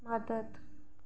मदद